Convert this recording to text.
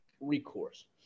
recourse